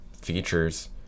features